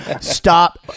Stop